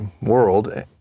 world